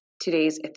today's